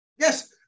Yes